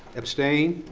abstain?